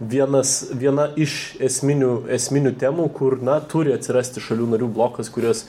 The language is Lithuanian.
vienas viena iš esminių esminių temų kur na turi atsirasti šalių narių blokas kurios